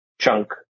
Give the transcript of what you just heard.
chunk